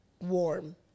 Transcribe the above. warm